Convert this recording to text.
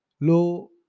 Low